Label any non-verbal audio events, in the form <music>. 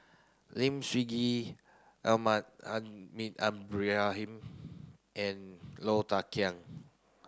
Lim Sun Gee <unintelligible> Ibrahim and Low Thia Khiang